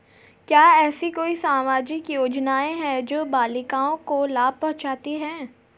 क्या ऐसी कोई सामाजिक योजनाएँ हैं जो बालिकाओं को लाभ पहुँचाती हैं?